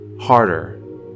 harder